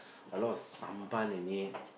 a lot of sambal in it